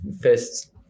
first